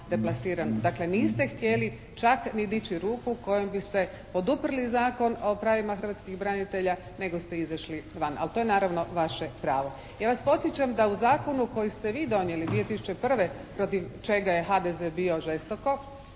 Dakle niste htjeli čak ni dići ruku kojom biste poduprli Zakon o pravima hrvatskih branitelja nego ste izašli van. Ali to je naravno vaše pravo. Ja vas podsjećam da u Zakonu koji ste vi donijeli 2001. protiv čega je HDZ bio žestoko